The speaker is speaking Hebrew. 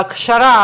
על ההכשרה,